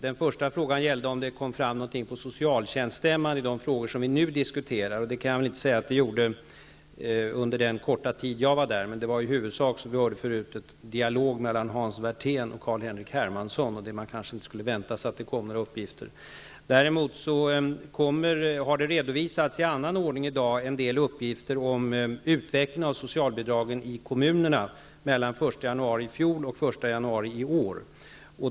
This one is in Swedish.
Den första frågan gällde om det kom fram någonting på socialtjänststämman när det gäller de frågor som vi nu diskuterar. Det kan jag väl inte säga att det gjorde under den korta tid jag deltog. Som vi hörde tidigare var det i huvudsak en dialog mellan Hans Werthén och Karl Henrik Hermansson. I den dialogen kunde man kanske inte vänta sig att det kom fram några uppgifter. Däremot har det i dag redovisats en del uppgifter om utvecklingen av socialbidragen i kommunerna mellan den 1 januari i fjol och den 1 januari i år.